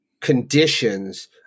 conditions